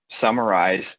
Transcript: summarize